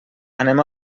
anem